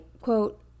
quote